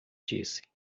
disse